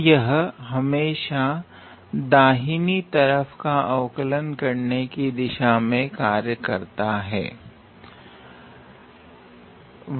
तो यह हमेशा दाहिनी तरफ का अवकलन करने की दिशा में कार्य करता हे